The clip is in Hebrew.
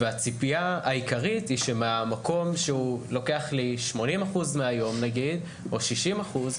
והציפיה העיקרית היא שהמקום שלוקח לי נגיד 80% מהיום או 60%,